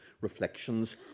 reflections